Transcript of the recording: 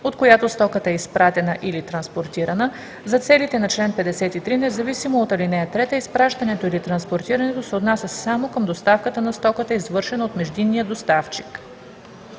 от която стоката е изпратена или транспортирана, за целите на чл. 53, независимо от ал. 3, изпращането или транспортирането се отнася само към доставката на стоката, извършена от междинния доставчик.